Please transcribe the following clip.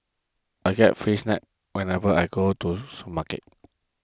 I get free snacks whenever I go to market